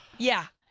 yeah.